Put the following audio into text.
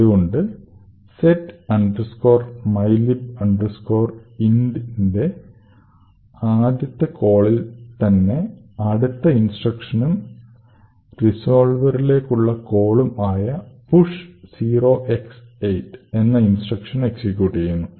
അതുകൊണ്ട് set mylib int ന്റെ ആദ്യത്തെ കോളിൽത്തന്നെ അടുത്ത ഇൻസ്ട്രക്ഷനും റിസോൾവെറിലേക്കുള്ള കോളും ആയ പുഷ് 0x8 എന്ന ഇൻസ്ട്രക്ഷൻ എക്സിക്യൂട്ട് ചെയ്യുന്നു